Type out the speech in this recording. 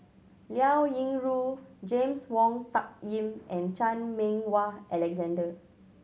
Liao Yingru James Wong Tuck Yim and Chan Meng Wah Alexander